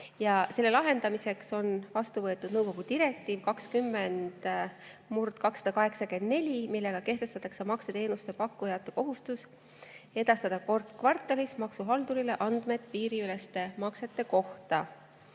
Selle lahendamiseks on vastu võetud nõukogu direktiiv 2020/284, millega kehtestatakse makseteenuste pakkujate kohustus edastada kord kvartalis maksuhaldurile andmed piiriüleste maksete kohta.